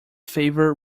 favor